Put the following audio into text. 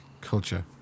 culture